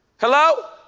Hello